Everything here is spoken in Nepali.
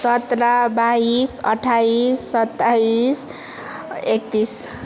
सत्र बाइस अठ्ठाइस सत्ताइस एक्तिस